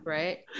right